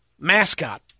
mascot